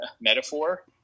metaphor